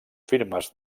firmes